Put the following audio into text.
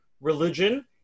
religion